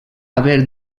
haver